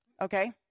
okay